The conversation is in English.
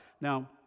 Now